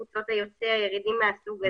חוצות היוצר וירידים מהסוג הזה.